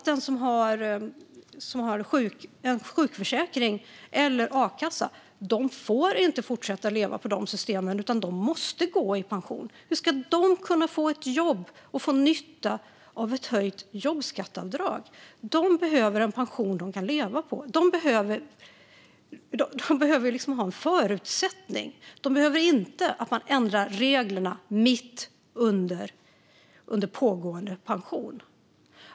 Den som har sjukförsäkring eller a-kassa får inte fortsätta att leva på de systemen, utan de måste gå i pension. Hur ska de kunna få ett jobb och dra nytta av ett höjt jobbskatteavdrag? De behöver en pension de kan leva på. De behöver ha en förutsättning. De behöver inte att man ändrar reglerna mitt under pågående pension.